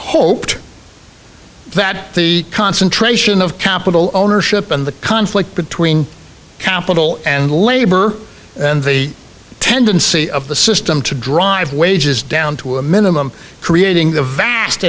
hoped that the concentration of capital ownership and the conflict between capital and labor and the tendency of the system to drive wages down to a minimum creating the vast